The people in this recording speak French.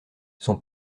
son